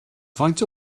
faint